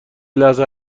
لحظه